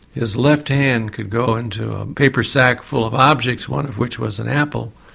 his left hand could go into a paper sack full of objects, one of which was an apple,